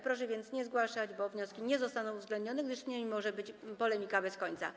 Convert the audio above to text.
Proszę więc nie zgłaszać wniosków, bo nie zostaną one uwzględnione, gdyż nie może być polemiki bez końca.